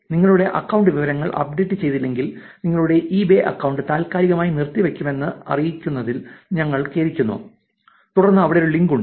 നിങ്ങളുടെ അക്കൌണ്ട് വിവരങ്ങൾ അപ്ഡേറ്റ് ചെയ്തില്ലെങ്കിൽ നിങ്ങളുടെ ഇബേ അക്കൌണ്ട് താൽക്കാലികമായി നിർത്തിവയ്കക്കുമെന്ന് അറിയിക്കുന്നതിൽ ഞങ്ങൾ ഖേദിക്കുന്നു തുടർന്ന് അവിടെ ഒരു ലിങ്ക് ഉണ്ട്